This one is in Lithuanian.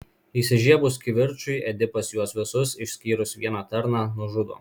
įsižiebus kivirčui edipas juos visus išskyrus vieną tarną nužudo